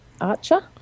Archer